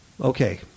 Okay